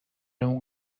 اون